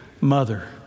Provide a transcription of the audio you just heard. mother